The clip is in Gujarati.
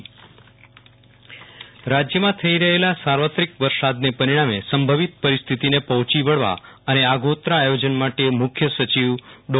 વિરલ રાણા સ્ટેટ ઈમરજન્સી રાજ્યમાં થઇ રહેલા સાર્વત્રિક વરસાદને પરિણામે સંભવિત પરિસ્થિતિને પહોંચી વળવા અને આગોતરા આયોજન માટે મુખ્ય સચિવ શ્રી ડો